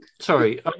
sorry